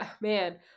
man